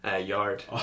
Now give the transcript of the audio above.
yard